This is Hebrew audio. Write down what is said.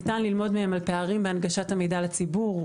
ניתן ללמוד מהן על פערים בהנגשת המידע לציבור,